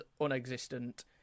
unexistent